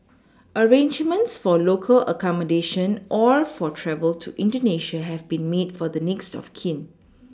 arrangements for local accommodation or for travel to indonesia have been made for the next of kin